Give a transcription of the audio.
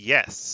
Yes